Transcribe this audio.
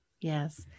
Yes